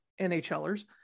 NHLers